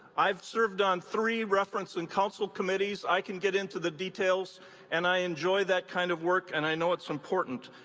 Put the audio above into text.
i've served on three reference and counsel committees. i can get into the details and i enjoy that kind of work and i know it's important.